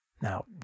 Now